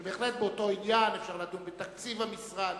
בהחלט באותו עניין אפשר לדון בתקציב המשרד